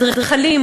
אדריכלים,